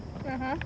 (uh huh)